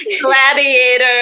gladiator